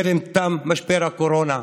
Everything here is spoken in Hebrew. בטרם תם משבר הקורונה,